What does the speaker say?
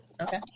Okay